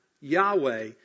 Yahweh